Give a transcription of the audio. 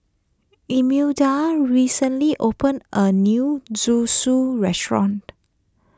Imelda recently opened a new Zosui restaurant